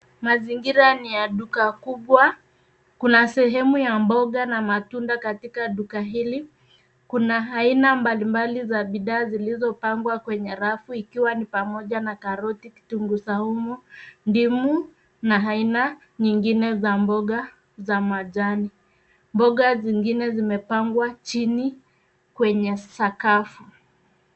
Mazingira ni ya duka kubwa. Kuna sehemu ya mboga na matunda katika duka hili. Kuna aina mbalimbali za bidhaa zilizopangwa kwenye rafu ikiwa ni pamoja na karoti, kitunguu saumu, ndimu na aina nyingine za mboga za majani. Mboga zingine zimepangwa chini kwenye sakafu.